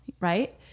right